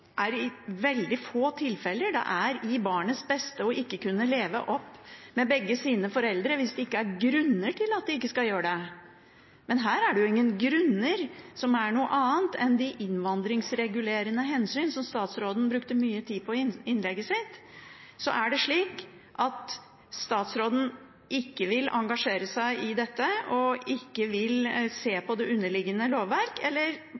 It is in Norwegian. veldig få tilfeller at det er i barnets beste ikke å kunne vokse opp med begge sine foreldre, hvis det ikke er grunner til at de ikke skal gjøre det. Men her er det jo ingen grunner som er noe annet enn de innvandringsregulerende hensynene, som statsråden brukte mye tid på i innlegget sitt. Er det slik at statsråden ikke vil engasjere seg i dette og ikke vil se på det underliggende lovverket, eller